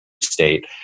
state